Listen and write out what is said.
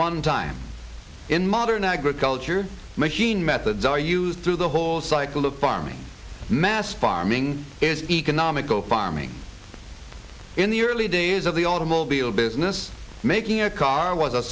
one time in modern agriculture machine methods are used through the whole cycle of farming mass farming is economical farming in the early days of the automobile business making a car was a